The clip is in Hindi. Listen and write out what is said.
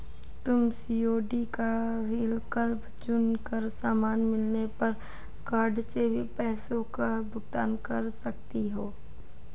तुम सी.ओ.डी का विकल्प चुन कर सामान मिलने पर कार्ड से भी पैसों का भुगतान कर सकती हो